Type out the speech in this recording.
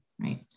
right